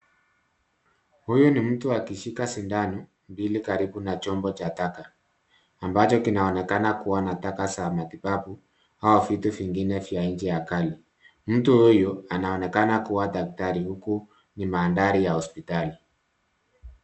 Huyu ni mtu akishika sindano mbili karibu na chombo cha taka ambacho kinaonekana kuwa na taka za matibabu au vitu vingine vya ncha kali. Mtu huyu anaonekana kuwa daktari, huku ni mandhari ya hospitali.